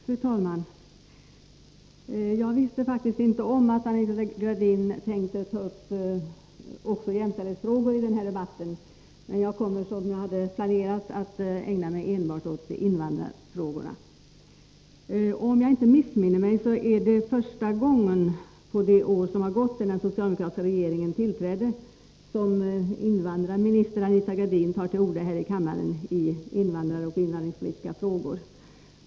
Fru talman! Jag visste faktiskt inte om att Anita Gradin tänkte ta upp också jämställdhetsfrågor i den här debatten. Men jag kommer, som jag hade planerat, att ägna mig enbart åt invandrarfrågorna. Om jag inte missminner mig är det första gången på det år som har gått sedan den socialdemokratiska regeringen tillträdde som invandrarminister Anita Gradin tar till orda här i kammaren i invandrarpolitiska frågor.